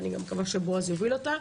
ואני מקווה גם שבועז יוביל אותה,